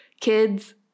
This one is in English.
kids